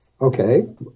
Okay